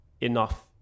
enough